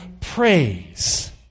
praise